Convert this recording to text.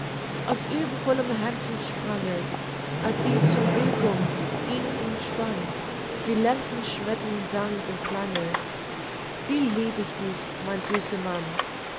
aus übervollem herzen sprang es als sie zum willkomm ihn umspann wie lerchenschmettern sang und klang es wie lieb ich dich mein süßer mann